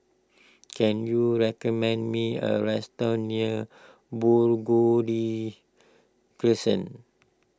can you recommend me a restaurant near Burgundy Crescent